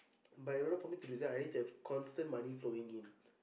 but in order for me to do that I need to have constant money flowing in